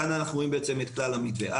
כאן אנחנו רואים את כלל המתווה.